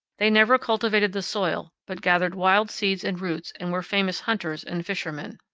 they never cultivated the soil, but gathered wild seeds and roots and were famous hunters and fishermen.